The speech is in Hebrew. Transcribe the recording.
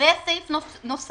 ויש סעיף נוסף,